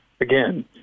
again